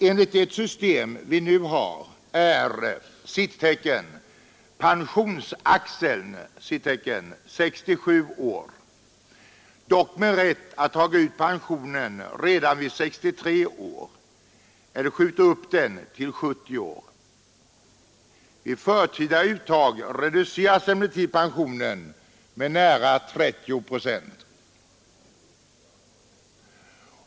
Enligt det system vi nu har är ”pensionsaxeln” 67 år, dock med rätt att ta ut pensionen redan vid 63 år eller att skjuta upp den till 70 år. Vid förtida uttag reduceras emellertid pensionen med nära 30 procent.